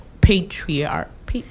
Patriarch